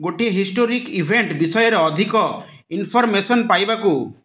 ଗୋଟିଏ historic event ବିଷୟରେ ଅଧିକ ଇନ୍ଫର୍ମେସନ୍ ପାଇବାକୁ